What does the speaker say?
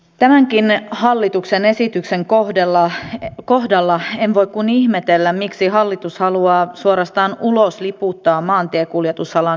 tämänkin hallituksen esityksen kohdalla en voi kuin ihmetellä miksi hallitus haluaa suorastaan ulosliputtaa maantiekuljetusalan suomesta